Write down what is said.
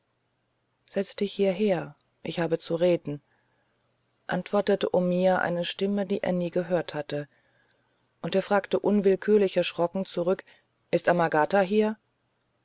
setz dich hierher ich habe zu reden antwortete omiya eine stimme die er nie gehört hatte und er fragte unwillkürlich erschrocken zurück ist amagata hier